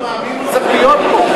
אם הוא מאמין הוא צריך להיות פה,